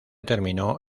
terminó